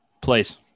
Please